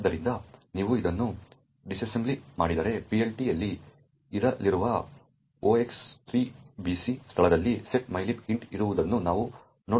ಆದ್ದರಿಂದ ನೀವು ಇದನ್ನು ಡಿಸ್ಅಸೆಂಬಲ್ ಮಾಡಿದರೆ PLT ನಲ್ಲಿ ಇರಲಿರುವ 0x3BC ಸ್ಥಳದಲ್ಲಿ set mylib int ಇರುವುದನ್ನು ನಾವು ನೋಡುತ್ತೇವೆ